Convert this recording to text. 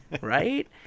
Right